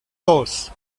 dos